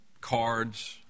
cards